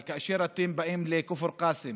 אבל כאשר אתם באים לכפר קאסם